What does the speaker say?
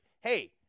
hey